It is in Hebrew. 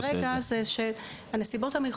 מה שאת מציינת כרגע זה שהנסיבות המיוחדות